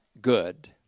good